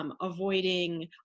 Avoiding